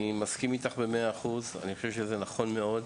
אני מסכים איתך ב-100%, אני חושב שזה נכון מאוד.